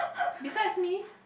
besides me